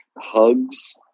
hugs